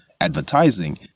advertising